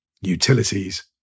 utilities